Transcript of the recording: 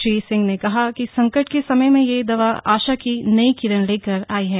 श्री सिंह ने कहा कि संकट के समय में यह दवा आशा की नई किरण लेकर आई है